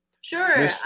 Sure